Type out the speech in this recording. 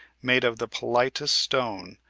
made of the politest stone,